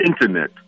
Internet